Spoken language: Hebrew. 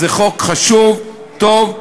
זה חוק חשוב, טוב.